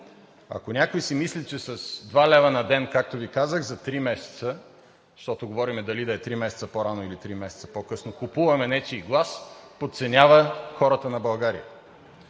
Ако някой си мисли, че с 2 лв. на ден, както Ви казах – за три месеца, защото говорим дали да е три месеца по-рано, или три месеца по-късно, купуваме нечий глас, подценява хората на България.